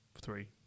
three